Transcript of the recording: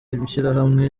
ishyirahamwe